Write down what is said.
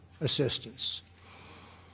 assistance